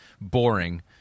Boring